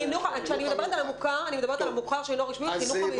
כשאני מדברת על המוכר אני מדברת על המוכר שאינו רשמי בחינוך המיוחד.